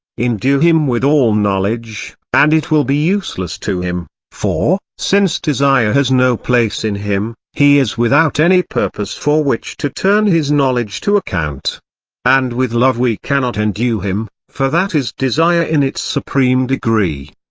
endue him with all knowledge, and it will be useless to him for, since desire has no place in him, he is without any purpose for which to turn his knowledge to account and with love we cannot endue him, for that is desire in its supreme degree.